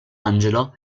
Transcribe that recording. angelo